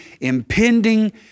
impending